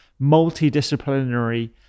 multidisciplinary